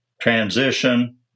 transition